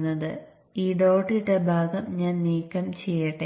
ഉയർന്ന പവർ കൈകാര്യം ചെയ്യുന്നു